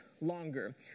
longer